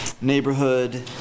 neighborhood